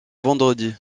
vendredi